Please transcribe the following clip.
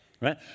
right